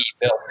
built